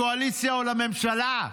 לקואליציה או לממשלה.